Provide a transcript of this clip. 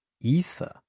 ether